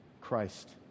Christ